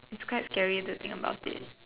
it's quite scary to think about it